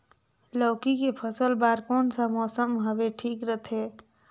लौकी के फसल बार कोन सा मौसम हवे ठीक रथे?